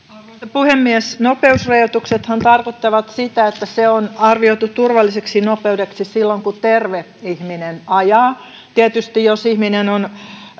puhemies nopeusrajoitushan tarkoittaa sitä että se on arvioitu turvalliseksi nopeudeksi silloin kun terve ihminen ajaa tietysti jos ihminen on